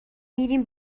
میریم